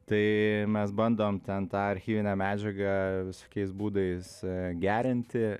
tai mes bandom ten tą archyvinę medžiagą visokiais būdais gerinti